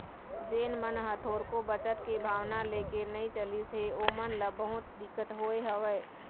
जेन मन ह थोरको बचत के भावना लेके नइ चलिस हे ओमन ल बहुत दिक्कत होय हवय